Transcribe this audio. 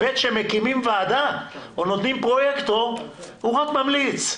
וכשמקימים ועדה או נותנים פרויקטור, הוא רק ממליץ.